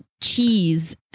Cheese